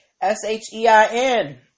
S-H-E-I-N